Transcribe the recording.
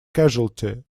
casualty